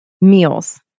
meals